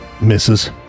Misses